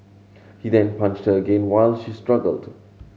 he then punched her again while she struggled